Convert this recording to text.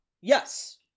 Yes